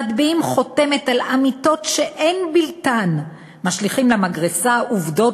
// מטביעים חותמת על אמיתות שאין בלתן / משליכים למגרסה עובדות